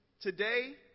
today